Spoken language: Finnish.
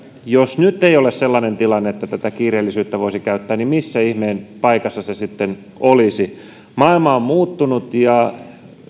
jos nyt ei ole sellainen tilanne että tätä kiireellisyyttä voisi käyttää niin missä ihmeen paikassa se sitten olisi maailma on muuttunut ja